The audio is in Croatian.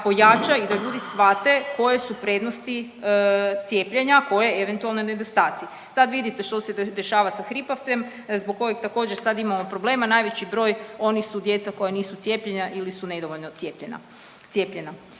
pojača i da ljudi shvate koje su prednosti cijepljenja, koje eventualno nedostaci. Sad vidite što se dešava sa hripavcem zbog kojeg također sad imamo problema, najveći broj oni su djeca koja nisu cijepljena ili su nedovoljno cijepljena.